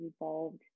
evolved